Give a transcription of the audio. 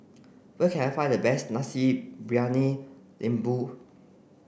where can I find the best Nasi Briyani Lembu